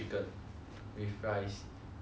with rice like err